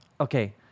Okay